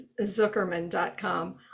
zuckerman.com